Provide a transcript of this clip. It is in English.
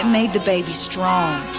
made the baby strong,